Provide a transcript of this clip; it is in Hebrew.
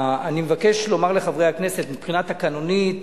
אני מבקש לומר לחברי הכנסת: מבחינה תקנונית